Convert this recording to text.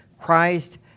Christ